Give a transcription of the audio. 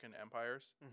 empires